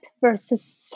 versus